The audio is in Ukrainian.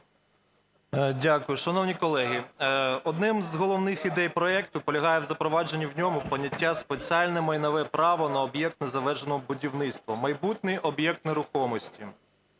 Дякую. Шановні колеги, одна з головних ідей проекту полягає в запровадженні в ньому поняття "спеціальне майнове право на об'єкт незавершеного будівництва" в майбутній об'єкт нерухомості.